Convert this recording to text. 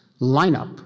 lineup